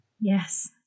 Yes